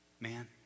Man